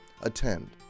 attend